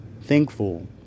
thankful